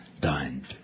dined